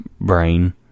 brain